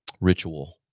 ritual